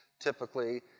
Typically